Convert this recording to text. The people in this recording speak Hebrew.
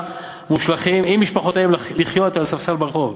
מושלכים עם משפחותיהם לחיות על ספסל ברחוב.